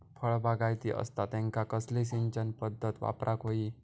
फळबागायती असता त्यांका कसली सिंचन पदधत वापराक होई?